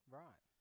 right